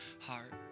heart